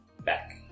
back